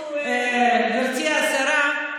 גברתי השרה,